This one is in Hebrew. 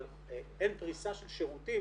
אבל אין פריסה של שירותים